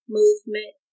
movement